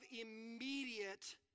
immediate